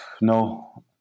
No